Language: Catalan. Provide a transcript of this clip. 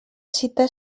citar